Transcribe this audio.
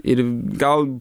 ir gal